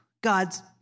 God's